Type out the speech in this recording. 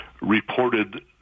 reported